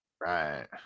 Right